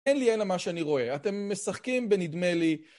אין לי אלא מה שאני רואה, אתם משחקים בנדמה לי...